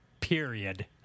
period